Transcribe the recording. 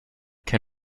can